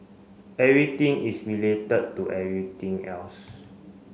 everything is related to everything else